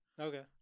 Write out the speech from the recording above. Okay